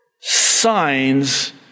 signs